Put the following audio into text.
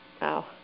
Wow